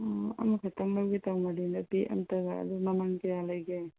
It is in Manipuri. ꯑꯣ ꯑꯃꯈꯇꯪ ꯂꯧꯒꯦ ꯇꯧꯕꯅꯤꯗ ꯕꯦꯛ ꯑꯝꯇꯒ ꯑꯗꯨ ꯃꯃꯟ ꯀꯌꯥ ꯂꯩꯒꯦ